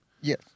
Yes